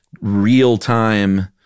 real-time